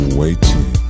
waiting